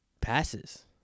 passes